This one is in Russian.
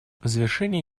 завершение